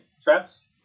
traps